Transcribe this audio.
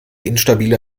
instabiler